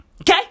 Okay